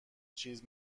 چیز